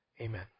Amen